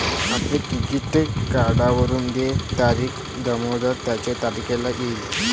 आपल्या क्रेडिट कार्डवरून देय तारीख दरमहा त्याच तारखेला येईल